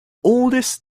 oldest